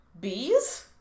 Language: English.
bees